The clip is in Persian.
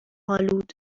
آلود